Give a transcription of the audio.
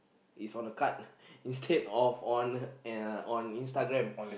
is on a card instead of on on Instagram